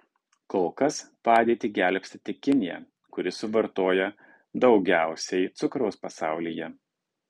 kol kas padėtį gelbsti tik kinija kuri suvartoja daugiausiai cukraus pasaulyje